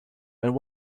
and